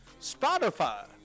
Spotify